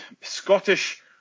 Scottish